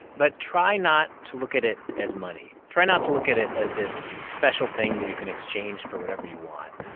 but try not to look at it as money. try not to look at it as this special thing that you can exchange for whatever you want.